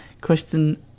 Question